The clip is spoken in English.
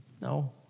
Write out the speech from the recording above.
No